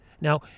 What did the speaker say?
now